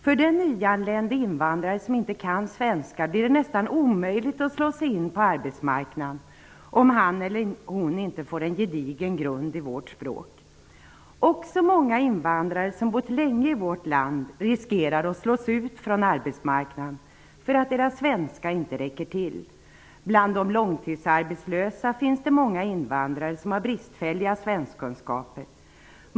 För den nyanlände invandrare som inte kan svenska blir det nästan omöjligt att slå sig in på arbetsmarknaden om han eller hon inte får en gedigen grund i vårt språk. Också många invandrare som har bott länge i vårt land riskerar att slås ut från arbetsmarknaden för att deras svenska inte räcker till. Bland de långtidsarbetslösa finns det många invandrare med bristfälliga svenskkunskaper.